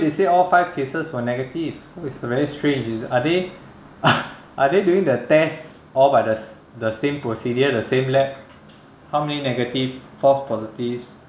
they say all five cases were negative so it's very strange it's are they are they doing the test all by the s~ the same procedure the same lab how many negative false positives